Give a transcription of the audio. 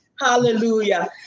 Hallelujah